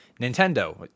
Nintendo